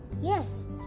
Yes